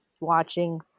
watching